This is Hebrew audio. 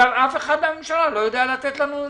ואף אחד מהממשלה לא יודע לתת לנו נתונים.